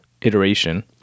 iteration